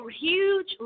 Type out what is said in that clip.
huge